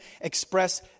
express